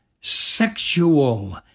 sexual